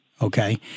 okay